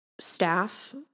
Staff